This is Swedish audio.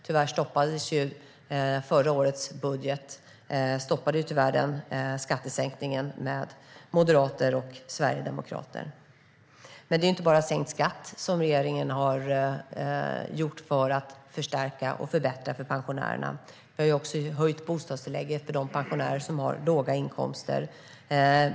Tyvärr stoppades ju förra årets budget med denna skattesänkning av moderater och sverigedemokrater. Men det är inte bara sänkt skatt som regeringen har genomfört för att förstärka och förbättra för pensionärerna. Vi har också höjt bostadstillägget för de pensionärer som har låga inkomster.